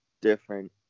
different